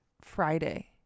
friday